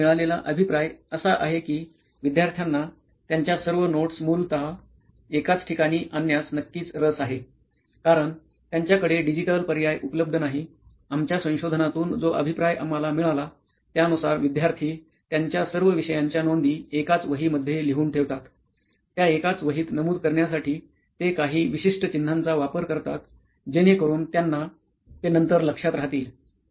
आम्हाला मिळालेला अभिप्राय असा आहे की विद्यार्थ्याना त्यांच्या सर्व नोट्स मूलत एकाच ठिकाणी आणण्यास नक्कीच रस आहेकारण त्यांच्याकडे डिजिटल पर्याय उपलब्ध नाही आमच्या संशोधनातून जो अभिप्राय आम्हाला मिळाला त्यानुसार विद्यार्थी त्यांच्या सर्व विषयांच्या नोंदी एकाच वहीमधेय लिहून ठेवतात त्या एकाच वहीत नमूद करण्यासाठी ते काही विशिष्ट चिन्हांचा वापर करतात जेणेकरून त्यांना ते नंतर लक्षात राहतील